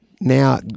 Now